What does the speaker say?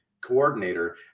coordinator